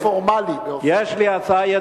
באופן פורמלי להסיר.